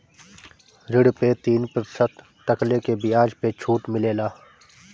ऋण पे तीन प्रतिशत तकले के बियाज पे छुट मिलेला